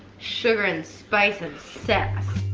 sugar and spice and sass.